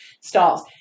starts